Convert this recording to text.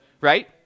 Right